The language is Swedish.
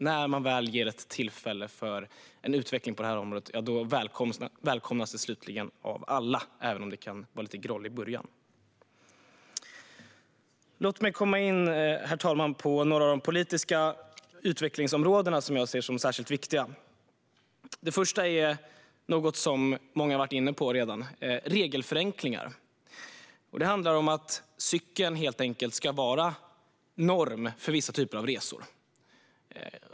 När man väl ger tillfälle för utveckling på det här området välkomnas det slutligen av alla, även om det kan vara lite groll i början. Herr talman! Låt mig komma in på några av de politiska utvecklingsområden som jag ser som särskilt viktiga! Det första är något som många redan har varit inne på, nämligen regelförenklingar. Det handlar om att cykeln helt enkelt ska vara norm för vissa typer av resor.